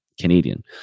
Canadian